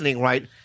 right